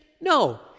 No